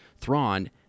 Thrawn